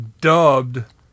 dubbed